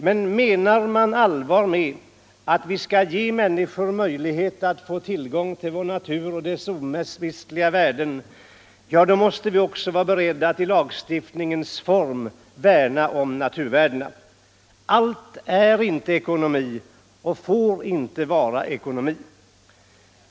Men menar man allvar med att vi skall ge 14 december 1974 människorna tillgång till vår natur och dess omistliga värden måste man också vara beredd att i lagstiftningens form värna om naturvärdena. Allt — Ändringar i är inte ekonomi och får inte vara ekonomi.